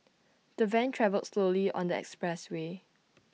the van travelled slowly on the expressway